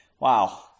Wow